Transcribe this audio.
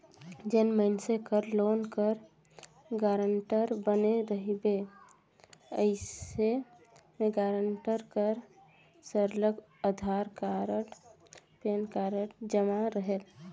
जेन मइनसे कर लोन कर गारंटर बने रहिबे अइसे में गारंटर कर सरलग अधार कारड, पेन कारड जमा रहेल